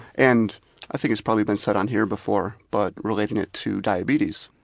and i think it's probably been said on here before, but relating it to diabetes,